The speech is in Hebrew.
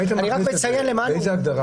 האם זה מס?